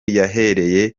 yahereye